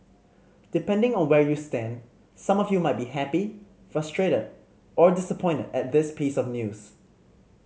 depending on where you stand some of you might be happy frustrated or disappointed at this piece of news